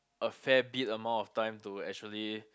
a fair bit amount of time to actually